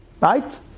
right